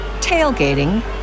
tailgating